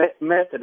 method